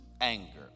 anger